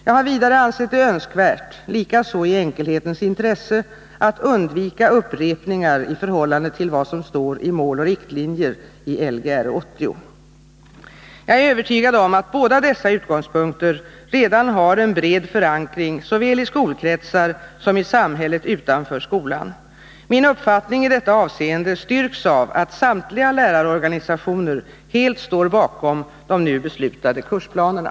Jag har vidare ansett det önskvärt, likaså i enkelhetens intresse, att undvika upprepningar i förhållande till vad som står i Mål och riktlinjer i Lgr 80. Jag är övertygad om att båda dessa utgångspunkter redan har en bred förankring såväl i skolkretsar som i samhället utanför skolan. Min uppfattning i detta avseende styrks av att samtliga lärarorganisationer helt står bakom de nu beslutade kursplanerna.